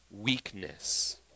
weakness